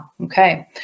Okay